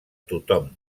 tothom